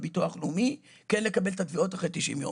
בביטוח הלאומי כן לקבל את התביעות אחרי 90 יום.